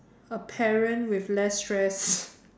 a parent with less stress